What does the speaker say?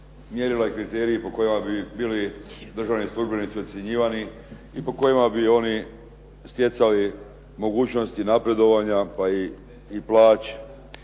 mjerila i kriteriji po kojima bi bili državni službenici ocjenjivani i po kojima bi oni stjecali mogućnosti napredovanja pa i plaće.